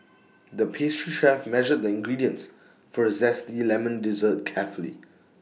the pastry chef measured the ingredients for A Zesty Lemon Dessert carefully